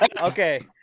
Okay